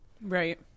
right